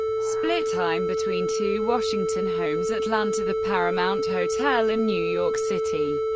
split time between two washington homes, atlanta, the paramount hotel in new york city,